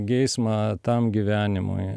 geismą tam gyvenimui